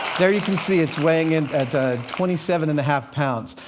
there you can see, it's weighing in at twenty seven and a half pounds.